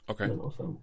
Okay